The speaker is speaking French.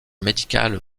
médicale